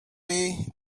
way